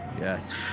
Yes